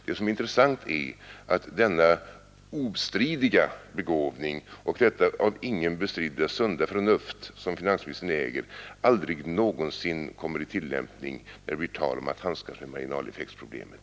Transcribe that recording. Det som är intressant är att denna ostridiga begåvning och detta av ingen bestridda sunda förnuft som finansministern äger aldrig någonsin kommer i tillämpning när det blir tal om att handskas med marginaleffektsproblemet.